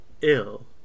ill